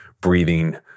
breathing